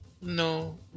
No